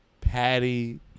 Patty